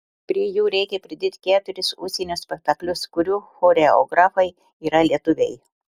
prie jų reikia pridėti keturis užsienio spektaklius kurių choreografai yra lietuviai